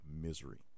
misery